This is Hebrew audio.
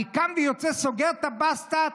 אני קם ויוצא, סוגר את הבסטה.